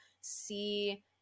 see